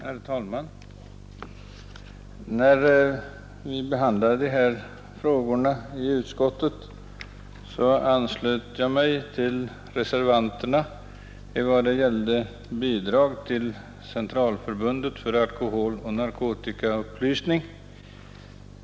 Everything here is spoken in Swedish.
Herr talman! När vi i utskottet behandlade dessa frågor, anslöt jag mig till reservationen vad gäller bidrag till Centralförbundet för alkoholoch narkotikaupplysning.